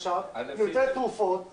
1ג' כדי להבין מה האיזונים הנכונים,